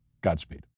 Godspeed